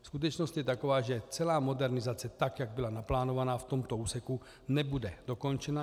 Skutečnost je taková, že celá modernizace, tak jak byla naplánována v tomto úseku, nebude dokončena.